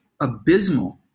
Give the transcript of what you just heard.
abysmal